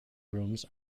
rooms